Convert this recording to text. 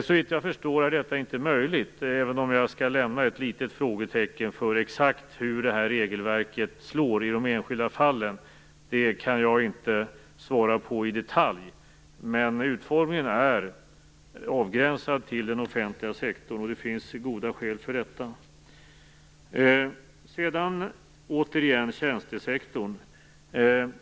Såvitt jag förstår är detta inte möjligt, även om jag skall lämna ett litet frågetecken för exakt hur det här regelverket slår i de enskilda fallen. Det kan jag inte svara på i detalj. Men utformningen är avgränsad till den offentliga sektorn, och det finns goda skäl för detta. Sedan har vi återigen tjänstesektorn.